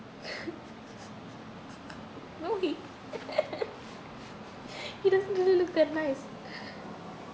no he he doesn't really look that nice